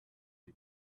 the